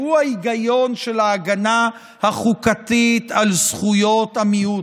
שהוא העיקרון של ההגנה החוקתית על זכויות המיעוט.